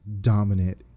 dominant